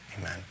Amen